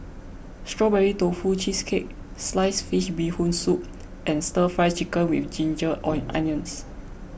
Strawberry Tofu Cheesecake Sliced Fish Bee Goon Soup and Stir Fry Chicken with Ginger Onions